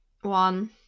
one